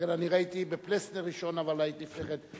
שכן אני ראיתי בפלסנר ראשון, אבל היית לפני כן.